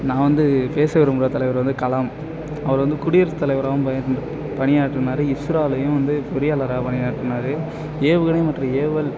நான் வந்து பேச விரும்புகிற தலைவர் வந்து கலாம் அவர் வந்து குடியரசு தலைவராகவும் பகிர்ந்து பணியாற்றுனார் இஸ்ராலையும் வந்து பொறியாளராக பணியாற்றுனார் ஏவுகணை மற்றும் ஏவல்